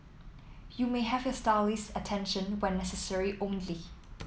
you may have your stylist's attention when necessary only